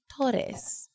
torres